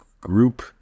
group